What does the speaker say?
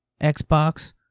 Xbox